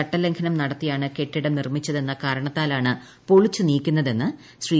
ചട്ടലംഘനം നടത്തിയാണ് കെട്ടിട്ട്ട് ക്ടിർമിച്ചതെന്ന കാരണത്താലാണ് പൊളിച്ചുനീക്കുന്നതെന്ന് ശ്രീ